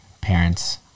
parents